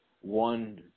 one